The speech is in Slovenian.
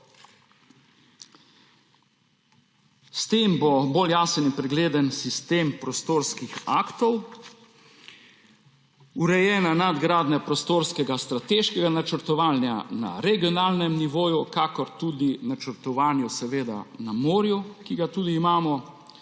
S tem bo bolj jasen in pregleden sistem prostorskih aktov, urejena nadgradnja prostorskega strateškega načrtovanja na regionalnem nivoju ter tudi načrtovanju na morju, ki ga tudi imamo.